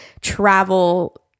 travel